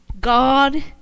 God